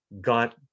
got